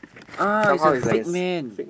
uh is a fake man